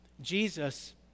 Jesus